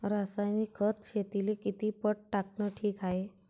रासायनिक खत शेतीले किती पट टाकनं ठीक हाये?